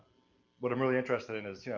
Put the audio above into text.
what i'm really interested in is, yeah